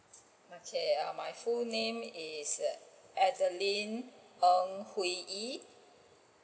okay my full name is adeline ng hwi yee